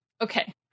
okay